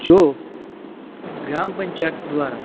જો ગ્રામ પંચાયત દ્વારા